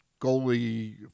goalie